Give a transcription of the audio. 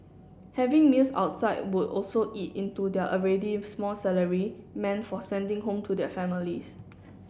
having meals outside would also eat into their already small salary meant for sending home to their families